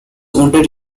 wounded